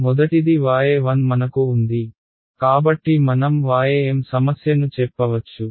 కాబట్టి మొదటిది y1 మనకు ఉంది కాబట్టి మనం ym సమస్యను చెప్పవచ్చు